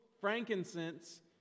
frankincense